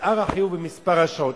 נשאר החיוב במספר השעות?